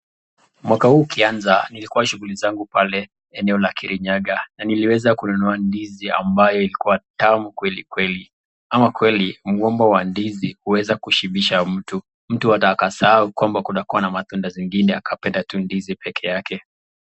Mwaka huu ukiaza nilikuwa shughuli zangu pale eneo la Kirinyaga na niliweza kununua ndizi ambayo ilikuwa tamu kweli kweli ama kweli mgomba wa ndizi waweza kushibisha mtu, mtu ata akasahau kwamba kunakuwa na matunda zingine, akapenda tu ndizi pekeake.